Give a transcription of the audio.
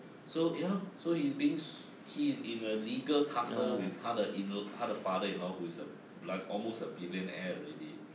so ya lor so he's been su~ he's in a legal tussle with 他的 in l~ 他的 father in law who's a blo~ almost a billionaire already